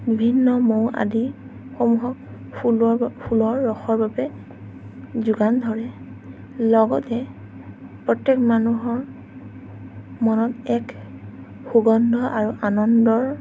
ভিন্ন মৌ আদি সম্ভৱ ফুলৰ ফুলৰ ৰসৰ বাবে যোগান ধৰে লগতে প্ৰত্যেক মানুহৰ মনত এক সুগন্ধ আৰু আনন্দৰ